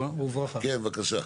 כן, בבקשה.